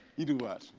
you do watch.